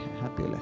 happy